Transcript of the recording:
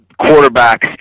quarterbacks